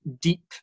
deep